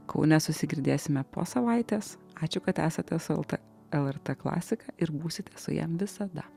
kaune susigirdėsime po savaitės ačiū kad esate su lt lrt klasika ir būsite su ja visada